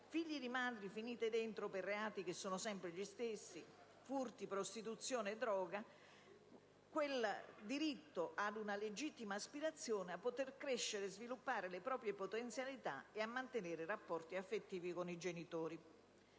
figli di madri finite dentro per reati che sono sempre gli stessi (furto, prostituzione e droga) e di venire incontro ad una loro legittima aspirazione a poter crescere sviluppando le proprie potenzialità e a mantenere rapporti affettivi con i genitori.